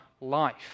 life